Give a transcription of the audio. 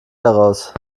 daraus